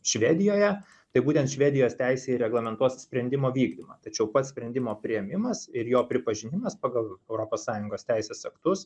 švedijoje tai būtent švedijos teisė ir reglamentuos sprendimo vykdymą tačiau pats sprendimo priėmimas ir jo pripažinimas pagal europos sąjungos teisės aktus